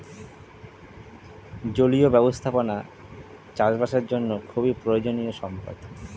জলীয় ব্যবস্থাপনা চাষবাসের জন্য খুবই প্রয়োজনীয় সম্পদ